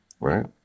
right